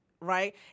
right